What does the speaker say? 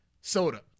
soda